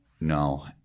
No